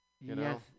Yes